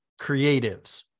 creatives